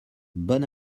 bon